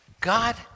God